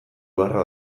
beharra